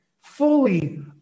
fully